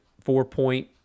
four-point